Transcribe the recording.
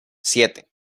siete